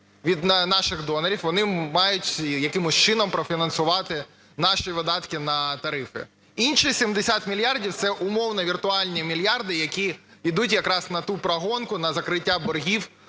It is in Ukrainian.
вони мають якимось чином профінансувати наші видатки на тарифи. Інші 70 мільярдів – це умовно віртуальні мільярди, які йдуть якраз на ту прогонку, на закриття боргів